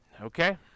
Okay